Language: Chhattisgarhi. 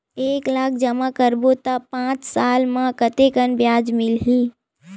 एक लाख जमा करबो त पांच साल म कतेकन ब्याज मिलही?